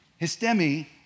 Histemi